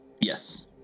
Yes